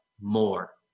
more